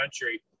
country